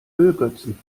ölgötzen